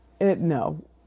No